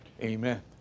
Amen